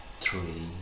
three